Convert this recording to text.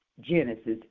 Genesis